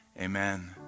Amen